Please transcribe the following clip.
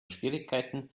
schwierigkeiten